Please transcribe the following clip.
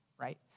right